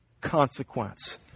consequence